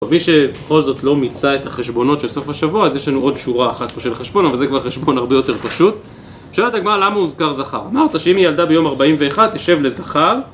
ומי שבכל זאת לא מיצה את החשבונות של סוף השבוע, אז יש לנו עוד שורה אחת פה של חשבון, אבל זה כבר חשבון הרבה יותר פשוט. שואלת הגמרא למה הוזכר זכר? אמרת שאם היא ילדה ביום 41 תשב לזכר